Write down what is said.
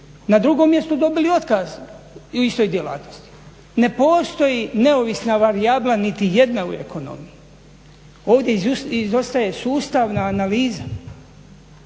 na drugom mjestu dobili otkaz u istoj djelatnosti. Ne postoji neovisna varijabla niti jedna u ekonomiji. Ovdje izostaje sustavna analiza.